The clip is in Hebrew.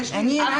אני רק איתך.